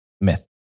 myth